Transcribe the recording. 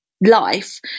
life